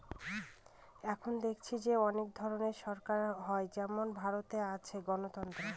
এখন দেখেছি যে অনেক ধরনের সরকার হয় যেমন ভারতে আছে গণতন্ত্র